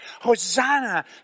Hosanna